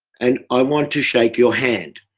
and i want to shake your hand.